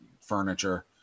furniture